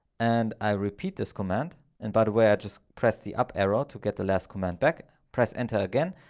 and i repeat this command, and by the way, i just press the up arrow to get the last command back, press enter again,